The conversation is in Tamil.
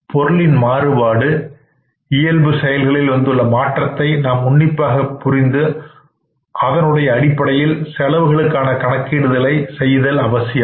பொருளின் மாறுபாடு இயல்பு செயல்களில் வந்துள்ள மாற்றங்களை நாம் உன்னிப்பாக புரிந்து அவனுடைய அடிப்படையில் செலவுகளுக்கான கணக்கீடுகளை செய்தல் அவசியம்